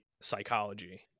psychology